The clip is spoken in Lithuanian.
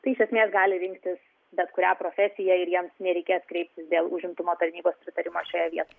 tai iš esmės gali rinktis bet kurią profesiją ir jiems nereikės kreiptis dėl užimtumo tarnybos pritarimo šioje vietoje